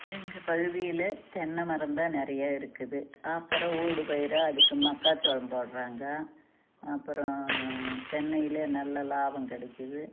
எங்கள் பகுதியில் தென்னை மரம்தான் நிறையா இருக்குது அப்புறம் ஊடு பயிர் அதுக்கு மக்காசோளம் போடுறாங்க அப்புறம் தென்னையில் நல்ல லாபம் கிடைக்குது